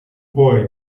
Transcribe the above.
boy